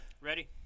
Ready